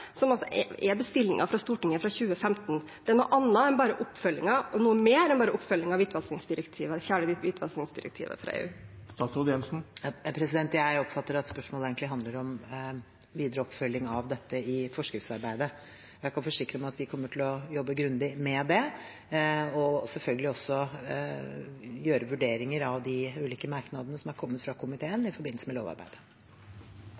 er noe mer enn bare en oppfølging av fjerde hvitvaskingsdirektiv fra EU. Jeg oppfatter at spørsmålet egentlig handler om videre oppfølging av dette i forskriftsarbeidet. Jeg kan forsikre om at vi kommer til å jobbe grundig med det, og selvfølgelig også gjøre vurderinger av de ulike merknadene som har kommet fra